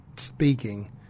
Speaking